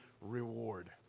reward